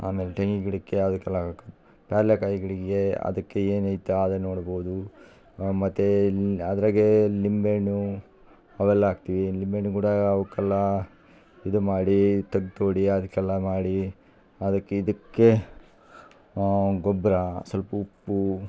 ಆಮೇಲೆ ತೆಂಗ್ ಗಿಡಕ್ಕೆ ಹಾಕಿ ಅದಕ್ಕೆಲ್ಲ ಪೇರ್ಲೆ ಕಾಯಿ ಗಿಡ್ಕೆ ಅದಕ್ಕೆ ಏನು ಐತೆ ಅದನ್ನು ನೋಡ್ಬೋದು ಮತ್ತು ಇಲ್ಲಿ ಅದರಾಗೇ ನಿಂಬೆ ಹಣ್ಣು ಅವೆಲ್ಲ ಹಾಕ್ತೀವಿ ನಿಂಬೆ ಹಣ್ಣು ಕೂಡ ಅವ್ಕೆಲ್ಲಾ ಇದು ಮಾಡೀ ತಗ್ಗು ತೋಡಿ ಅದಕ್ಕೆಲ್ಲ ಮಾಡಿ ಅದಕ್ಕೆ ಇದಕ್ಕೆ ಗೊಬ್ಬರ ಸ್ವಲ್ಪ್ ಉಪ್ಪು